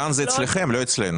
מכאן זה אצלכם, לא אצלנו.